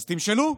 אז תמשלו.